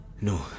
no